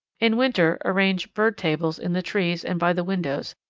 in winter arrange bird tables in the trees and by the windows,